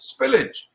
spillage